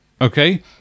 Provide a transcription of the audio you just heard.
okay